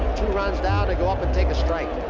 runs down, to go up and take a strike.